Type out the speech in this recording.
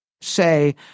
say